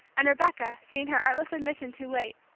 and rebecca, seeing her artless admission too late,